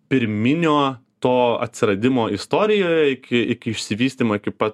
pirminio to atsiradimo istorijoje iki iki išsivystymo iki pat